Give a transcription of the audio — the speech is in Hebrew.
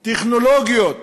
אפשרויות וטכנולוגיות